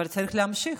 אבל צריך להמשיך.